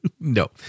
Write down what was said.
No